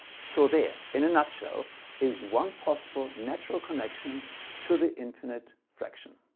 so there in a nutshell is one possible natural connection to the infinite fraction.